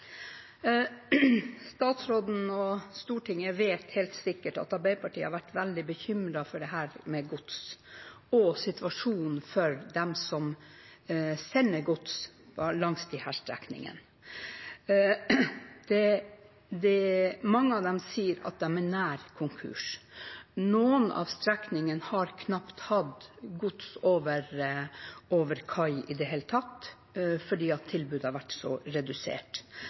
Statsråden og Stortinget vet helt sikkert at Arbeiderpartiet har vært veldig bekymret for dette med gods og situasjonen for dem som sender gods langs disse strekningene. Mange av dem sier at de er nær konkurs. Noen av strekningene har knapt hatt gods over kai i det hele tatt, fordi tilbudet har vært så redusert.